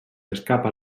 escapa